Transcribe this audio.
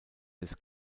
des